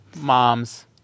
Moms